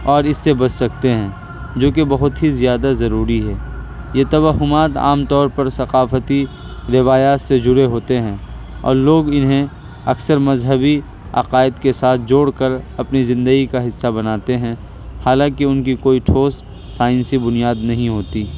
اور اس سے بچ سکتے ہیں جوکہ بہت ہی زیادہ ضروری ہے یہ توہمات عام طور پر ثقافتی روایات سے جڑے ہوتے ہیں اور لوگ انہیں اکثر مذہبی عقائد کے ساتھ جوڑ کر اپنی زندگی کا حصہ بناتے ہیں حالانکہ ان کی کوئی ٹھوس سائنسی بنیاد نہیں ہوتی